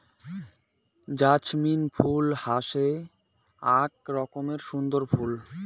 jasmine ফুল হসে আক রকমের সুন্দর ফুল